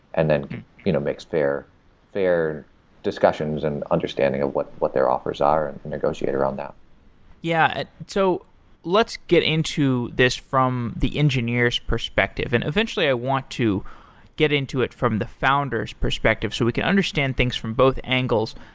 and then you know makes fair fair discussions and understanding of what what their offers are and negotiate around that yeah. so let's get into this from the engineer s perspective. and eventually, i want to get into it from the founder s perspective so we can understand things from both angles.